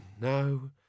no